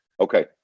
Okay